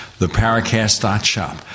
theparacast.shop